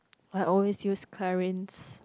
I always use Clarins